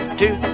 two